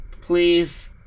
Please